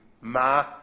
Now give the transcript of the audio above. Ma